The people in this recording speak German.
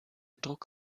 druck